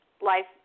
Life